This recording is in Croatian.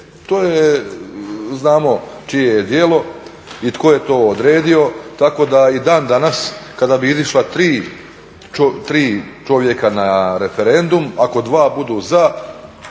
To je znamo čije je djelo i tko je to odredio tako da i dan danas kada bi izašla 3 čovjeka na referendum ako 2 budu za